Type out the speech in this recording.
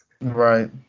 Right